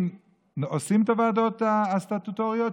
אם עושים את הוועדות הסטטוטוריות,